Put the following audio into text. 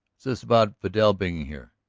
this about vidal being here?